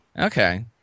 Okay